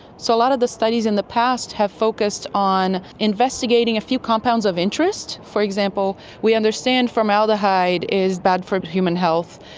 so a lot of the studies in the past have focused on investigating a few compounds of interest. for example, we understand formaldehyde is bad for human health.